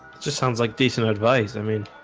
just sounds like decent advice, i mean